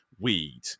weed